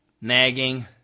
nagging